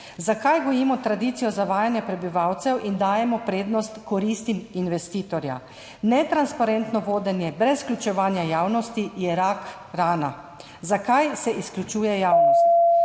Zakaj gojimo tradicijo zavajanja prebivalcev in dajemo prednost koristim investitorja? Netransparentno vodenje brez vključevanja javnosti je rak rana. Zakaj se izključuje javnost?